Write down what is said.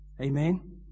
Amen